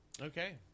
Okay